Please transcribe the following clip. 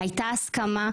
הייתה הסכמה,